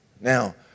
Now